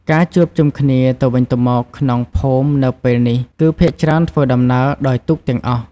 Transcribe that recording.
ការជួបជុំគ្នាទៅវិញទៅមកក្នុងភូមិនៅពេលនេះ គឺភាគច្រើនធ្វើដំណើរដោយទូកទាំងអស់។